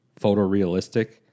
photorealistic